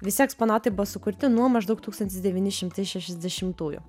visi eksponatai buvo sukurti nuo maždaug tūkstantis devyni šimtai šešiasdešimtųjų